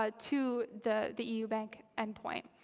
ah to the the eu bank end point.